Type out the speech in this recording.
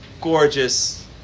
gorgeous